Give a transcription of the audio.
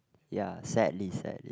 ya sadly sadly